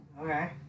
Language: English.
okay